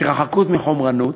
התרחקות מחומרנות,